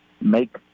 make